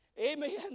Amen